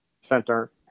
center